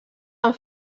amb